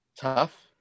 tough